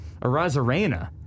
Arazarena